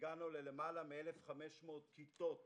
הגענו ללמעלה מ-1,500 כיתות שפוצלו,